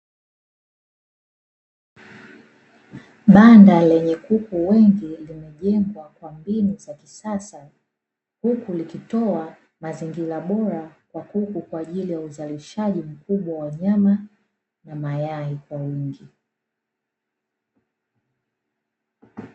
Banda lenye kuku wengi limejengwa kwa mbinu za kisasa, huku likitoa mazingira bora kwa kuku kwa ajili ya uzalishaji mkubwa wa nyama na mayai kwa wingi.